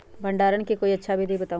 भंडारण के कोई अच्छा विधि बताउ?